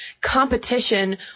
competition